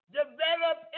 develop